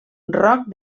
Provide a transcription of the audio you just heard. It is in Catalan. roc